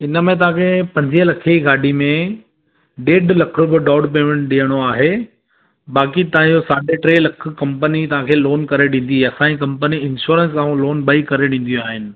हिनमें तव्हांखे पंजें लखें जी गाॾी में ॾेढि लखु रुपियो डाउन पेमेंट ॾियणो आहे बाक़ी तव्हांखे टे लख कंपनी तव्हांखे लोन करे ॾींदी असांजी कंपनी इंश्योरेंस ऐं लोन ॿई करे ॾींदी आहिनि